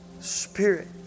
spirit